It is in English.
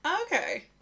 Okay